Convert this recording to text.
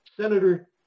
Senator